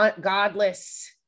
godless